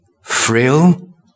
frail